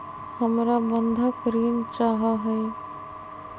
हमरा बंधक ऋण चाहा हई